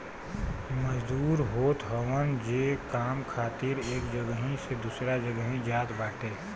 मजदूर होत हवन जे काम खातिर एक जगही से दूसरा जगही जात बाटे